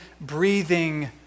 breathing